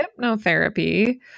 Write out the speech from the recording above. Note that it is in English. hypnotherapy